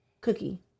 Cookie